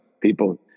people